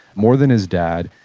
more than his dad.